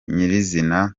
nyirizina